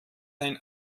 ein